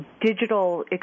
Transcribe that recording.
digital